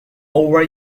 over